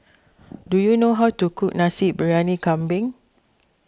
do you know how to cook Nasi Briyani Kambing